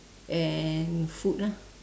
and food lah